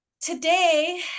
today